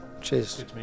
Cheers